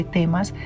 temas